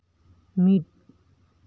ᱢᱤᱫ